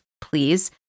please